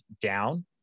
down